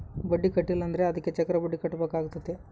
ಬಡ್ಡಿ ಕಟ್ಟಿಲ ಅಂದ್ರೆ ಅದಕ್ಕೆ ಚಕ್ರಬಡ್ಡಿ ಕಟ್ಟಬೇಕಾತತೆ